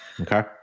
okay